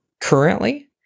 currently